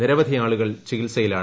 നിരവധി ആളുകൾ ചികിത്സയിലാണ്